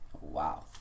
Wow